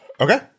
Okay